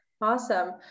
Awesome